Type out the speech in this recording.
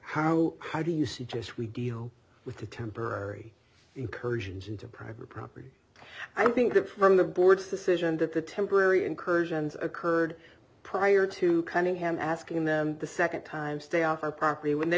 how how do you suggest we deal with the temporary incursions into private property i think that from the board's decision that the temporary incursions occurred prior to cunningham asking them the second time stay off our property when they